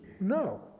no